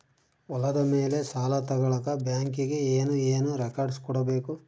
ಹೊಲದ ಮೇಲೆ ಸಾಲ ತಗಳಕ ಬ್ಯಾಂಕಿಗೆ ಏನು ಏನು ರೆಕಾರ್ಡ್ಸ್ ಕೊಡಬೇಕು?